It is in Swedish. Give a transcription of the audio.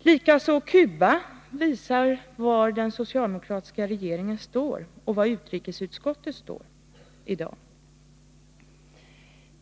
ställningstagandet till Cuba visar var den socialdemokratiska regeringen och utrikesutskottet i dag står.